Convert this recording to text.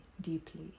deeply